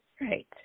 Right